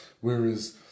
Whereas